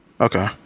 Okay